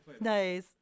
Nice